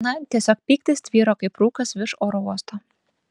na tiesiog pyktis tvyro kaip rūkas virš oro uosto